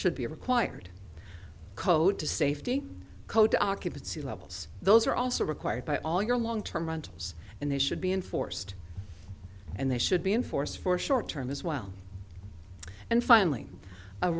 should be required code to safety code to occupancy levels those are also required by all your long term rentals and they should be enforced and they should be enforced for short term as well and finally